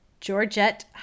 Georgette